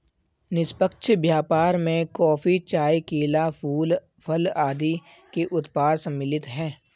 निष्पक्ष व्यापार में कॉफी, चाय, केला, फूल, फल आदि के उत्पाद सम्मिलित हैं